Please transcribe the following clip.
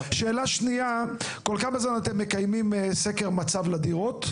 שאלה שנייה: כל כמה זמן אתם מקיימים סקר מצב לדירות?